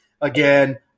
again